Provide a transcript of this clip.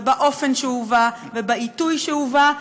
באופן שהובא ובעיתוי שהובא,